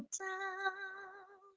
down